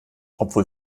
obwohl